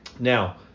Now